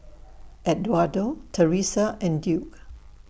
Edwardo Teressa and Duke